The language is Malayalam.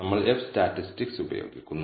നമ്മൾ എഫ് സ്റ്റാറ്റിസ്റ്റിക്സ് ഉപയോഗിക്കുന്നു